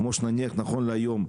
כמו שנניח נכון להיום,